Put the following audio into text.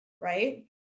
right